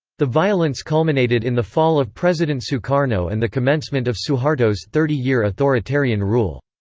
the violence culminated in the fall of president sukarno and the commencement of suharto's thirty-year authoritarian rule.